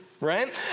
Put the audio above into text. right